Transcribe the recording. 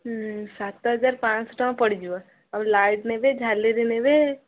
ସାତ ହଜାର ପାଁ'ଶହ ଟଙ୍କା ପଡ଼ିଯିବ ଆଉ ଲାଇଟ୍ ନେବେ ଝାଲେରି ନେବେ